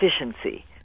efficiency